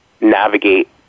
navigate